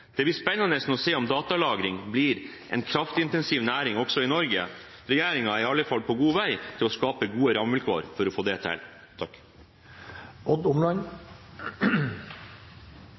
Det blir spennende å se om datalagring blir en kraftintensiv næring også i Norge. Regjeringen er i alle fall på god vei til å skape gode rammevilkår for å få det til.